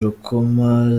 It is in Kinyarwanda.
rukoma